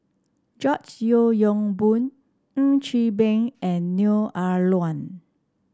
George Yeo Yong Boon Ng Chee Meng and Neo Ah Luan